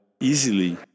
easily